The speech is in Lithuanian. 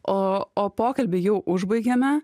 o o pokalbį jau užbaigėme